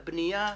הבנייה,